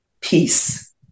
peace